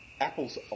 Apple's